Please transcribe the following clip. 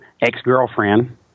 Ex-Girlfriend